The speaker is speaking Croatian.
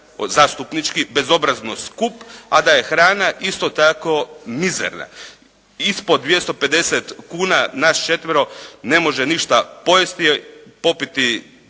zastupnički, bezobrazno skup, a da je hrana isto tako mizerna. Ispod 250 kuna nas četvero ne može ništa pojesti, popiti